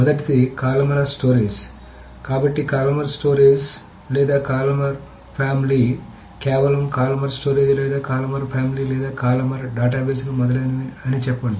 మొదటిది columnar storage కాబట్టి columnar storage లేదా కాలుమనార్ ఫ్యామిలీ కేవలం కాలుమనార్ స్టోరేజ్ లేదా కాలుమనార్ ఫ్యామిలీ లేదా కాలుమనార్ డేటాబేస్లు మొదలైనవి అని చెప్పండి